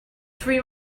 three